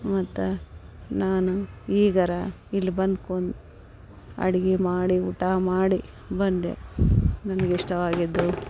ಮತ್ತು ನಾನು ಈಗ ಇಲ್ಲಿ ಬಂದು ಕುಂತು ಅಡ್ಗೆ ಮಾಡಿ ಊಟ ಮಾಡಿ ಬಂದೆ ನನ್ಗೆ ಇಷ್ಟವಾಗಿದ್ದು